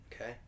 Okay